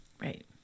right